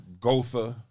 Gotha